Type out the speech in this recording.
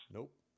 Nope